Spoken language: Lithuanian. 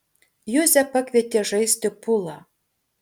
juzę pakvietė žaisti pulą